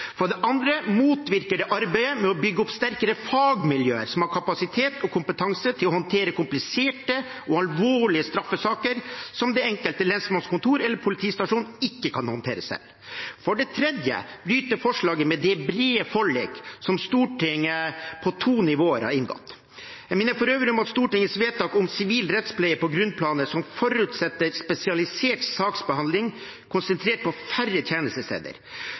For det andre motvirker det arbeidet med å bygge opp sterkere fagmiljøer som har kapasitet og kompetanse til å håndtere kompliserte og alvorlige straffesaker som det enkelte lensmannskontor eller den enkelte politistasjon ikke kan håndtere selv. For det tredje bryter forslaget med det brede forliket som Stortinget har inngått på to nivåer. Jeg minner for øvrig om Stortingets vedtak om sivil rettspleie på grunnplanet, som forutsetter spesialisert saksbehandling konsentrert på færre tjenestesteder.